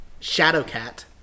Shadowcat